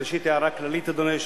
אדוני היושב-ראש,